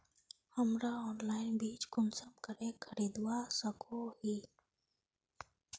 हमरा ऑनलाइन बीज कुंसम करे खरीदवा सको ही?